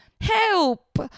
help